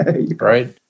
right